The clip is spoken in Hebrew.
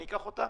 אני אקח אותה,